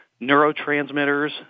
neurotransmitters